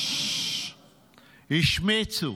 השמיצו.